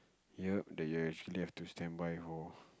ya that you actually have to stand by more